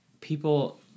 people